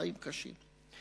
החיים קשים.